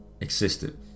existed